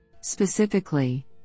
Specifically